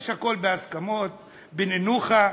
יש הכול בהסכמות, בניחותא.